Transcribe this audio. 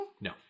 No